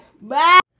Bye